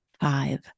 Five